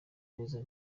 neza